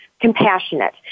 compassionate